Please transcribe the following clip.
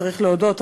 צריך להודות,